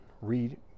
read